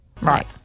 right